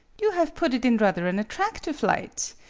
you have put it in rather an attractive light.